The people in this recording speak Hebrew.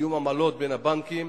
תיאום עמלות בין הבנקים.